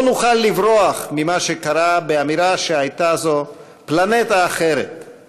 לא נוכל לברוח ממה שקרה באמירה שהייתה זו "פלנטה אחרת";